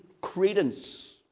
credence